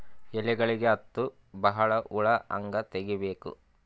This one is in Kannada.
ಎಲೆಗಳಿಗೆ ಹತ್ತೋ ಬಹಳ ಹುಳ ಹಂಗ ತೆಗೀಬೆಕು?